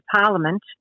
Parliament